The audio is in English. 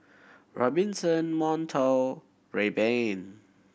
Robinson Monto Rayban